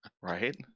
Right